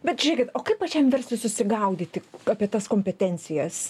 bet žiūrėkit o kaip pačiam verslui susigaudyti apie tas kompetencijas